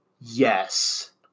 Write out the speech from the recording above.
yes